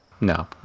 No